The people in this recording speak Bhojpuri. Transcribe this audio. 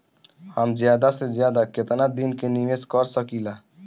हम ज्यदा से ज्यदा केतना दिन के निवेश कर सकिला?